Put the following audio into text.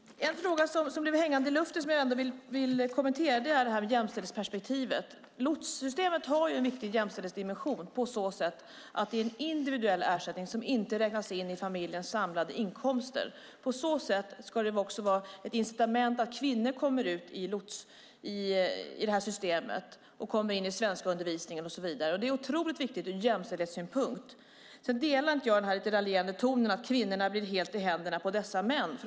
En fråga som blev hängande i luften och som jag ändå vill kommentera är detta med jämställdhetsperspektivet. Lotssystemet har en viktig jämställdhetsdimension på så sätt att det är en individuell ersättning som inte räknas in i familjens samlade inkomster. På så sätt ska den också vara ett incitament för att kvinnor kommer in i systemet och kommer in i svenskundervisningen och så vidare. Det är otroligt viktigt ur jämställdhetssynpunkt. Jag instämmer inte i den raljerande tonen om att kvinnorna blir helt i händerna på dessa män.